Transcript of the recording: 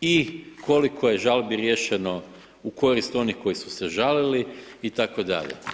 i koliko je žalbi riješeno u korist onih koji su se žalili itd.